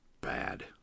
bad